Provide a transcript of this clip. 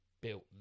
built